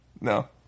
No